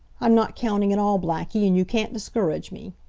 i'm not counting at all, blackie, and you can't discourage me.